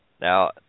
Now